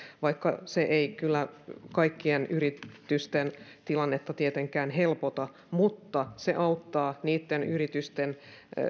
vaikka se ei kyllä kaikkien yritysten tilannetta tietenkään helpota mutta se auttaa niitten yritysten